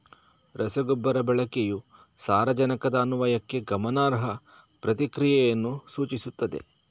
ರಸಗೊಬ್ಬರ ಬಳಕೆಯು ಸಾರಜನಕದ ಅನ್ವಯಕ್ಕೆ ಗಮನಾರ್ಹ ಪ್ರತಿಕ್ರಿಯೆಯನ್ನು ಸೂಚಿಸುತ್ತದೆ